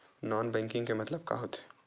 Non banking के मतलब का होथे?